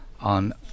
on